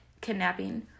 kidnapping